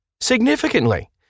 significantly